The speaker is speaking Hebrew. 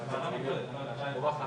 אבל גם התייחסות